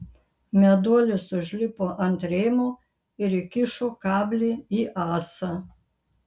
meduolis užlipo ant rėmo ir įkišo kablį į ąsą